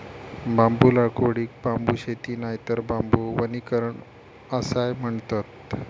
बांबू लागवडीक बांबू शेती नायतर बांबू वनीकरण असाय म्हणतत